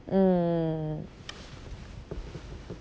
mm